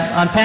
on